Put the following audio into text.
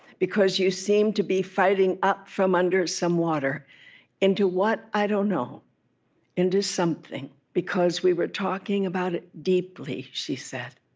because you seem to be fighting up from under some water into what, i don't know into something. because we were talking about it deeply she said.